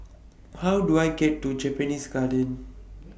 How Do I get to Japanese Garden